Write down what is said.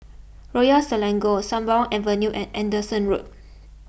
Royal Selangor Sembawang Avenue and Anderson Road